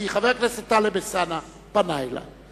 כי חבר הכנסת טלב אלסאנע פנה אלי,